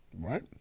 right